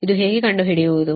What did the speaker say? ಈಗ ಹೇಗೆ ಕಂಡುಹಿಡಿಯುವುದು